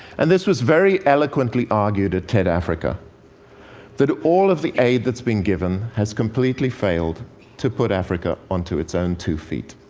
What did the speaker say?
and this was very eloquently argued at ted africa that all of the aid that's been given has completely failed to put africa onto its own two feet.